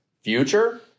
future